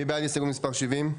מי בעד הסתייגות מספר 70?